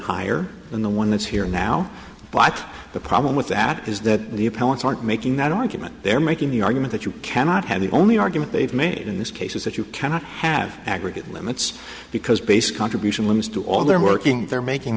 higher than the one that's here now but the problem with that is that the appellant's aren't making that argument they're making the argument that you cannot have the only argument they've made in this case is that you cannot have aggregate limits because base contribution limits to all they're working they're making